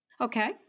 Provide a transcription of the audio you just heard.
Okay